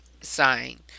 sign